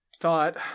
thought